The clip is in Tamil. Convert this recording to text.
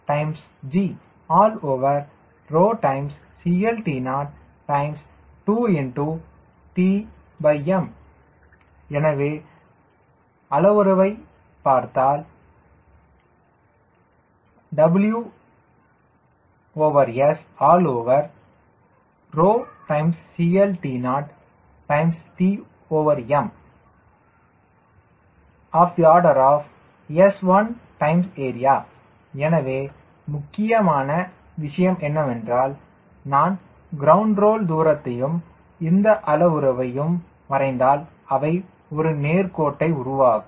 21 2WS gCLTO2Tm எனவே அளவுருவை பார்த்தால் WSCLTOTm s1 A எனவே முக்கியமான விஷயம் என்னவென்றால் நான் கிரவுண்ட் ரோல் தூரத்தையும் இந்த அளவுருவையும் வரைந்தால் அவை ஒரு நேர் கோட்டை உருவாக்கும்